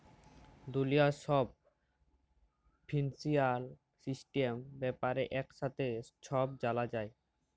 দুলিয়ার ছব financial system ব্যাপারে একসাথে ছব জালা যায়